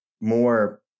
more